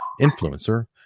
influencer